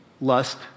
lust